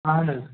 اَہن حظ